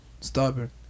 Stubborn